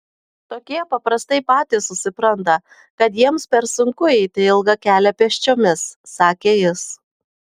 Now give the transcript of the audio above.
tokie paprastai patys susipranta kad jiems per sunku eiti ilgą kelią pėsčiomis sakė jis